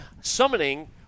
Summoning